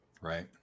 right